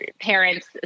parents